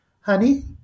honey